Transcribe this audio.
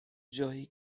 جایی